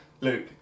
Luke